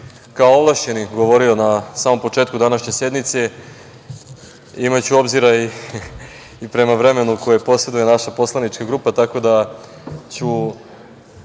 kao ovlašćeni govorio na samom početku današnje sednice, imajući u obzir i prema vremenu koje poseduje poslanička grupa, tako da ću